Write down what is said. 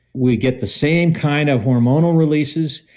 we get the same kind of hormonal releases,